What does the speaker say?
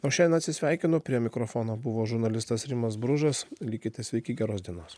o šiandien atsisveikinu prie mikrofono buvo žurnalistas rimas bružas likite sveiki geros dienos